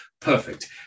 Perfect